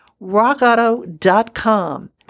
rockauto.com